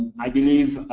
i believe